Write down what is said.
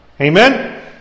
Amen